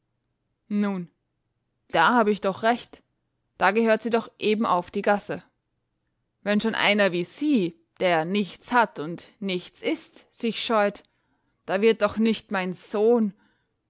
nun da hab ich doch recht da gehört sie doch eben auf die gasse wenn schon einer wie sie der nichts hat und nichts ist sich scheut da wird doch nicht mein sohn